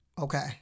Okay